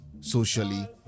Socially